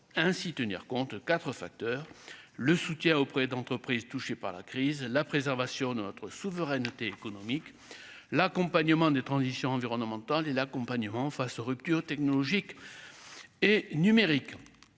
ainsi tenir compte 4 facteurs : le soutien auprès d'entreprises touchées par la crise, la préservation de notre souveraineté économique, l'accompagnement des transitions, environnemental et l'accompagnement face aux ruptures technologiques et numériques,